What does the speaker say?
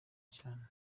cyane